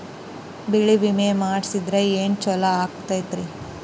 ಬೆಳಿ ವಿಮೆ ಮಾಡಿಸಿದ್ರ ಏನ್ ಛಲೋ ಆಕತ್ರಿ?